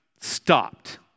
stopped